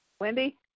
Wendy